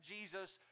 Jesus